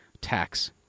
tax